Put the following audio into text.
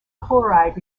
chloride